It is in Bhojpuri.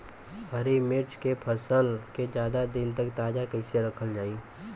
हरि मिर्च के फसल के ज्यादा दिन तक ताजा कइसे रखल जाई?